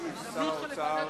ישיב שר האוצר.